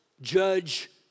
judge